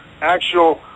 actual